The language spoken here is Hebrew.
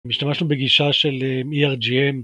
השתמשנו בגישה של ERGM.